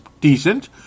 decent